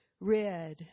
red